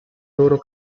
loro